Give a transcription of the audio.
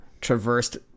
traversed